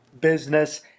business